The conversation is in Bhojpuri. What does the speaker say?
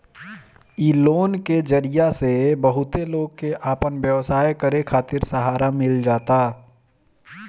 इ लोन के जरिया से बहुते लोग के आपन व्यवसाय करे खातिर सहारा मिल जाता